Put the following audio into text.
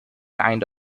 kind